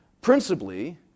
principally